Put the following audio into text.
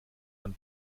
man